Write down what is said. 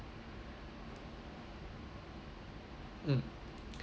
mm